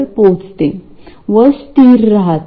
आणि मग काय होते